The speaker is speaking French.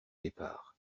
départ